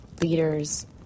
leaders